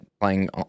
playing